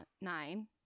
Nine